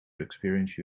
experience